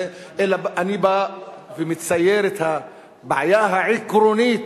אלא אני בא ומצייר את הבעיה העקרונית.